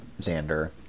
Xander